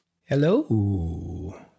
Hello